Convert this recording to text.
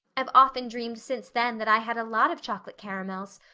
i've often dreamed since then that i had a lot of chocolate caramels,